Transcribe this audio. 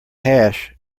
hash